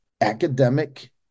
academic